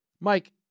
Mike